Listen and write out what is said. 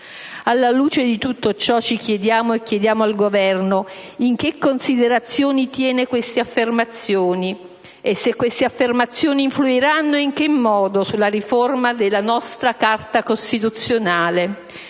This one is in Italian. Alla luce di tutto ciò ci chiediamo e chiediamo al Governo in che considerazione tiene queste affermazioni e se esse influiranno e in che modo sulla riforma della nostra Carta costituzionale.